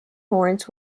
horns